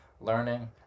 Learning